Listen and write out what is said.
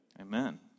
Amen